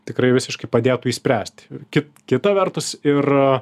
tikrai visiškai padėtų išspręst kaip kita vertus ir